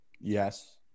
Yes